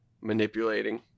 manipulating